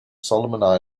solomon